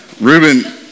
Ruben